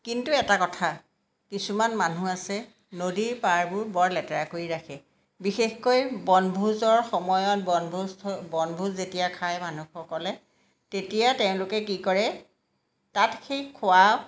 কিন্তু এটা কথা কিছুমান মানুহ আছে নদীৰ পাৰবোৰ বৰ লেতেৰা কৰি ৰাখে বিশেষকৈ বনভোজৰ সময়ত বনভোজ থ বনভোজ যেতিয়া খায় মানুহসকলে তেতিয়া তেওঁলোকে কি কৰে তাত সেই খোৱা